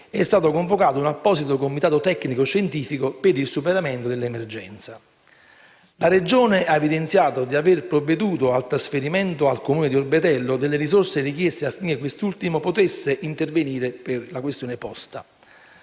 è stato convocato un apposito comitato tecnico-scientifico per il superamento dell'emergenza. La Regione ha evidenziato di aver provveduto al trasferimento al Comune di Orbetello delle risorse richieste per far sì che quest'ultimo potesse intervenire per la questione posta.